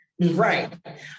Right